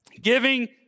Giving